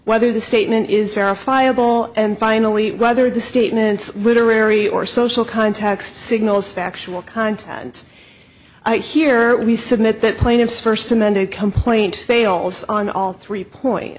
whether the statement is verifiable and finally whether the statements literary or social context signals factual content here we submit that plaintiff's first amended complaint fails on all three point